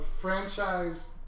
franchise